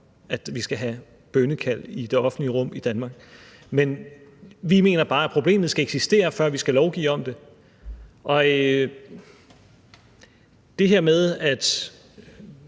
at vi skal have bønnekald i det offentlige rum i Danmark, men vi mener bare, at problemet skal eksistere, før vi skal lovgive om det. At bruge